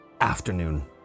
afternoon